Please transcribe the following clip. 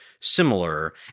similar